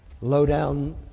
low-down